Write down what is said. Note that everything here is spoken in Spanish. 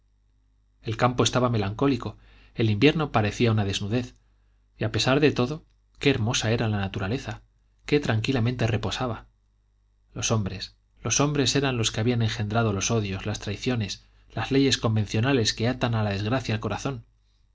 estaba melancólico el invierno parecía una desnudez y a pesar de todo qué hermosa era la naturaleza qué tranquilamente reposaba los hombres los hombres eran los que habían engendrado los odios las traiciones las leyes convencionales que atan a la desgracia el corazón